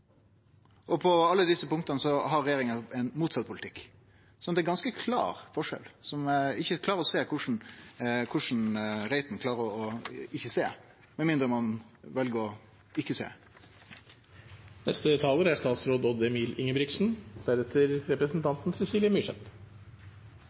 På alle desse punkta har regjeringa ein motsett politikk, så det er ein ganske klar forskjell som eg ikkje klarer å sjå korleis Reiten klarer ikkje å sjå, med mindre ein vel ikkje å